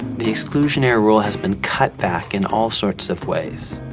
the exclusionary rule has been cut back in all sorts of ways.